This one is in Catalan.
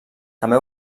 també